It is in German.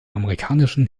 amerikanischen